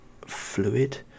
fluid